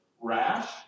rash